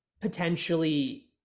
potentially